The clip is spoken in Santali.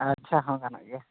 ᱟᱪᱪᱷᱟ ᱦᱚᱸ ᱜᱟᱱᱚᱜ ᱜᱮᱭᱟ